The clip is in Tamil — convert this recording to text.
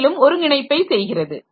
மேலும் ஒருங்கிணைப்பை செய்கிறது